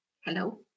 Hello